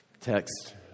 text